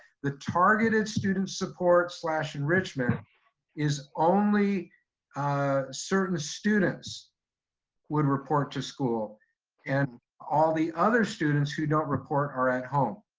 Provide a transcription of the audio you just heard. the targeted student support slash enrichment is only a certain students would report to school and all the other students who don't report are at home.